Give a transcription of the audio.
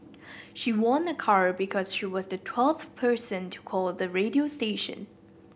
she won a car because she was the twelfth person to call the radio station